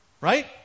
Right